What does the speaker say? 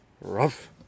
rough